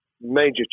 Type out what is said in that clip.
major